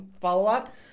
follow-up